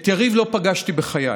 את יריב לא פגשתי בחיי,